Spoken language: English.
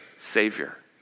Savior